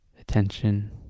Attention